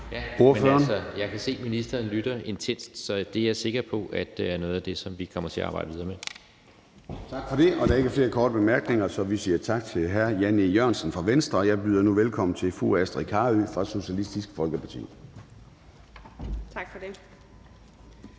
at ministeren lytter intenst, så det er jeg sikker på er noget af det, som vi kommer til at arbejde videre med. Kl. 11:12 Formanden (Søren Gade): Tak for det. Der er ikke flere korte bemærkninger, så vi siger tak til hr. Jan E. Jørgensen fra Venstre, og jeg byder nu velkommen til fru Astrid Carøe fra Socialistisk Folkeparti. Kl.